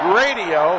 radio